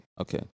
Okay